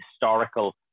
historical